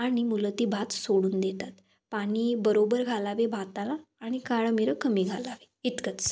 आणि मुलं ती भात सोडून देतात पाणी बरोबर घालावे भाताला आणि काळीमिरी कमी घालावे इतकंच